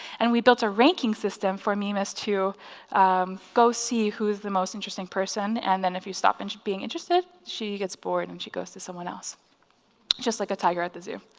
and we built a ranking system for mimus to go see who is the most interesting person and then, if you stop into being interesting, she gets bored and she goes to someone else just like a tiger at the zoo.